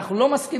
אנחנו לא מסכימים,